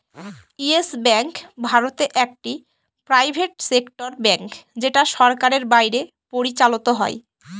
yes Bank ভারতে একটি private sector bank যেটা সরকারের বাইরে পরিচালত হয়